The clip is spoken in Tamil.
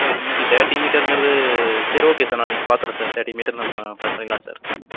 சார் இன்னிக்கு தேர்ட்டி மீட்டருஙகிறது சரி ஓகே சார் நான் இன்றைக்கு பார்த்துறேன் சார் தேர்ட்டி மீட்டர் நம்ம பார்த்துக்குலாம் சார்